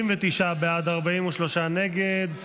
59 בעד, 43 נגד.